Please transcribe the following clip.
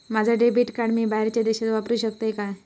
माझा debit card मी बाहेरच्या देशात वापरू शकतय काय?